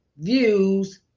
views